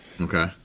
okay